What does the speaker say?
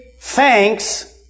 thanks